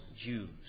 Jews